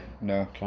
No